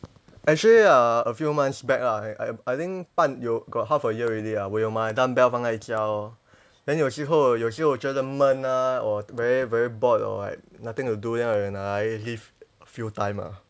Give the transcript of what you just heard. actually uh a few months back ah I I I think 半有 got half a year already ah 我有买 dumbbell 放在家 lor then 有时候有时候觉得闷啊 or very very bored or like nothing to do then I only lift a few time ah